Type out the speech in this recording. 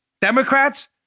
Democrats